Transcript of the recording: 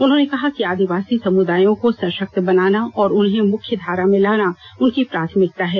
उन्होंने कहा कि आदिवासी समुदायों को सषक्त बनाना और उन्हें मुख्य धारा में लाना उनकी प्राथमिकता है